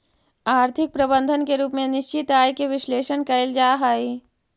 आर्थिक प्रबंधन के रूप में निश्चित आय के विश्लेषण कईल जा हई